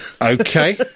Okay